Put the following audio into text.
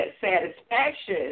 satisfaction